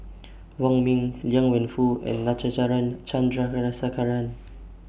Wong Ming Liang Wenfu and Natarajan Chandrasekaran